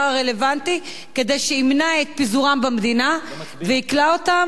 כדי שימנע את פיזורם במדינה ויכלא אותם